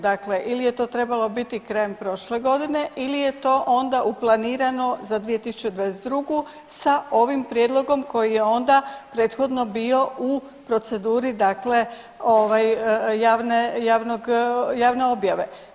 Dakle ili je to trebalo biti krajem prošle godine ili je to onda planirano za 2022. sa ovim prijedlogom koji je onda prethodno bio u proceduri, dakle javne objave.